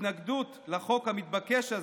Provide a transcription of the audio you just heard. התנגדות לחוק המתבקש הזה,